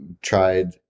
tried